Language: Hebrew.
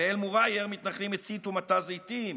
באל-מוע'ייר מתנחלים הציתו מטע זיתים,